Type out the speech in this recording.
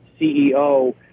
CEO